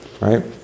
Right